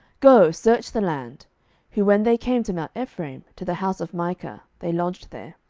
go, search the land who when they came to mount ephraim, to the house of micah, they lodged there.